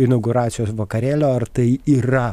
inauguracijos vakarėlio ar tai yra